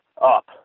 up